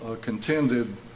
contended